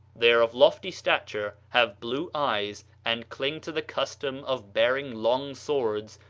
they are of lofty stature, have blue eyes, and cling to the custom of bearing long swords,